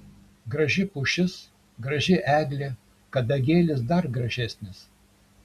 graži pušis graži eglė kadagėlis dar gražesnis